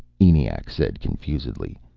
eniac said confusedly.